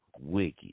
wicked